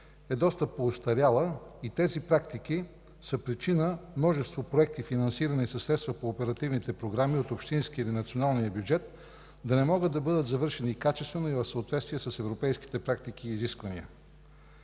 е доста поостаряла и тези практики са причина множество проекти, финансирани със средства по оперативните програми от общинския или националния бюджет, да не могат да бъдат завършени качествено и в съответствие с европейските практики и изисквания.